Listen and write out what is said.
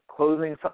Closing